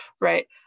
right